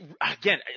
again